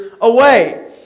away